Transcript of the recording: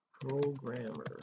programmer